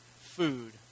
food